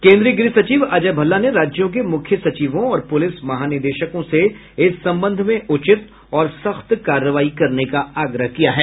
केन्द्रीय गृह सचिव अजय भल्ला ने राज्यों के मुख्य सचिवों और पुलिस महानिदेशकों से इस संबंध में उचित और सख्त कार्रवाई करने का आग्रह किया है